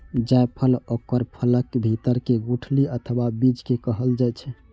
जायफल ओकर फलक भीतर के गुठली अथवा बीज कें कहल जाइ छै